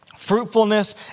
Fruitfulness